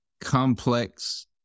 complex